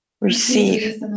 receive